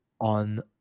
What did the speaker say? on